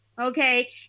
okay